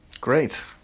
Great